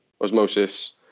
Osmosis